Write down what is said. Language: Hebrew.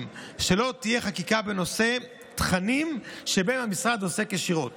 שלא תהיה חקיקה בנושא תכנים שבהם המשרד עוסק ישירות